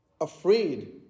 afraid